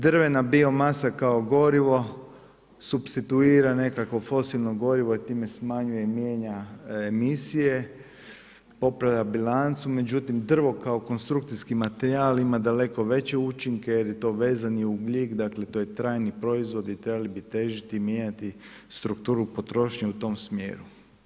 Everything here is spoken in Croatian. Drvena bio masa kao gorivo supstituira nekakvo fosilno gorivo i time smanjuje i mijenja emisije, popravlja bilancu, međutim drvo kao konstrukcijski materijal ima daleko veće učinke jer je to vezani ugljik, dakle to je trajni proizvod i trebali bi težiti i mijenjati strukturu potrošnje u tom smjeru.